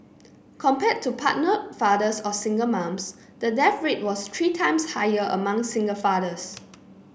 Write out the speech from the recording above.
compared to partnered fathers or single moms the death rate was three times higher among single fathers